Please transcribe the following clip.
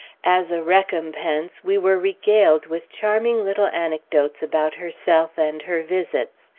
as a recompense, we were regaled with charming little anecdotes about herself, and her visits.